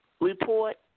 report